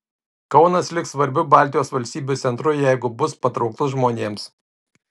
kaunas liks svarbiu baltijos valstybių centru jeigu bus patrauklus žmonėms